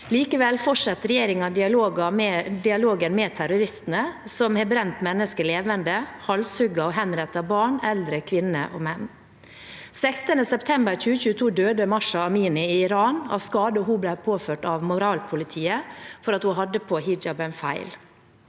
Likevel fortsetter regjeringen dialogen med terroristene, som har brent mennesker levende, halshugget og henrettet barn, eldre, kvinner og menn. Den 16. september 2022 døde Mahsa Amini i Iran av skader hun ble påført av moralpolitiet, fordi hun hadde på hijaben feil.